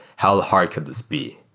how hard could this be?